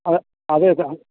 അതെ അതേ ചാംസ്